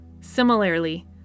Similarly